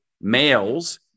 males